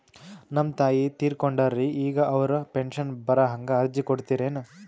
ನಮ್ ತಾಯಿ ತೀರಕೊಂಡಾರ್ರಿ ಈಗ ಅವ್ರ ಪೆಂಶನ್ ಬರಹಂಗ ಅರ್ಜಿ ಕೊಡತೀರೆನು?